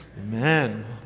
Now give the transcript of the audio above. Amen